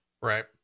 Right